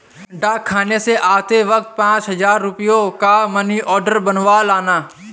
डाकखाने से आते वक्त पाँच हजार रुपयों का मनी आर्डर बनवा लाना